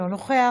אינו נוכח,